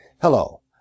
Hello